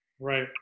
Right